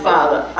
Father